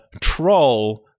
Troll